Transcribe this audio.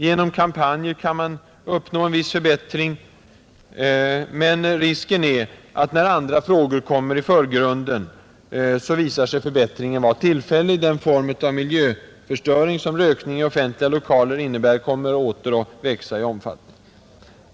Genom kampanjer kan man uppnå en viss förbättring, men när andra frågor kommer i förgrunden är det risk för att förbättringen visar sig vara tillfällig och att den form av miljöförstöring, som rökning i offentliga lokaler innebär, åter kommer att växa i omfattning.